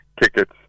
tickets